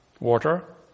Water